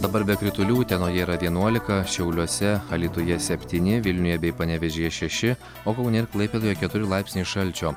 dabar be kritulių utenoje yra vienuolika šiauliuose alytuje septyni vilniuje bei panevėžyje šeši o kaune ir klaipėdoje keturi laipsniai šalčio